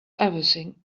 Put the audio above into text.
everything